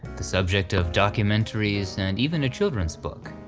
the subject of documentaries and even a children's book.